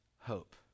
hope